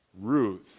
Ruth